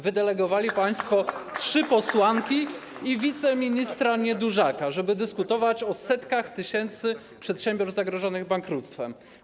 Wydelegowali państwo trzy posłanki i wiceministra Niedużaka, żeby dyskutować o setkach tysięcy przedsiębiorstw zagrożonych bankructwem.